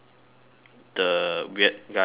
the weird guy bryan